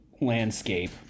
landscape